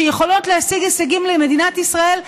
שיכולות להשיג הישגים למדינת ישראל,